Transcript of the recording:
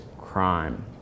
crime